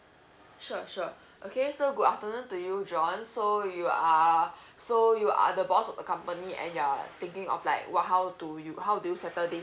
sure sure okay so good afternoon to you john so you are so you are the boss of the company and you're thinking of like what how do you how do you settle this